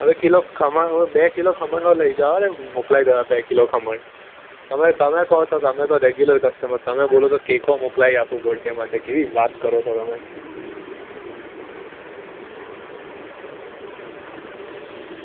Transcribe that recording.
હવે કિલો ખમણ બે કિલો ખમણ ન લઈ જાવ અરે મોકલાવી દઉં બે કિલો ખમણ તમે તમે કહો તો રેગ્યુલર કસ્ટમર તમે બોલો તો કેકો મોકલાવી આપું બડે માટે કેવી વાત કરો છો તમે